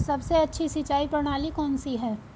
सबसे अच्छी सिंचाई प्रणाली कौन सी है?